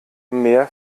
mehr